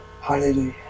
Hallelujah